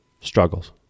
struggles